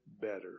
better